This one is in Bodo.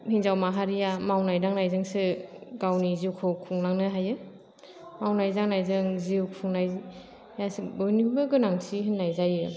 हिन्जाव माहारिया मावनाय दांनायजोंसो गावनि जिउखौ खुंलांनो हायो मावनाय दांनायजों जिउ खुंनाय गासै बयनिबो गोनांथि होननाय जायो